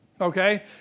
Okay